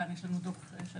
כאן יש לנו דוח שלם,